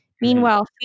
Meanwhile